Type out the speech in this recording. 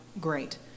great